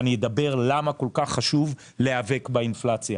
אני אדבר למה כל כך חשוב להיאבק באינפלציה,